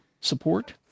support